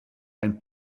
ein